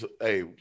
hey